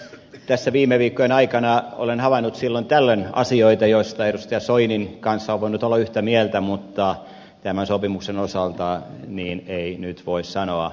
tässä viime viikkojen aikana olen havainnut silloin tällöin asioita joista edustaja soinin kanssa on voinut olla yhtä mieltä mutta tämän sopimuksen osalta niin ei nyt voi sanoa